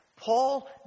Paul